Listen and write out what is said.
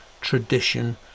tradition